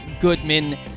Goodman